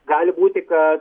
gali būti ka